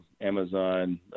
Amazon